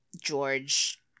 George